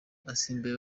asimbuye